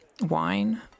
wine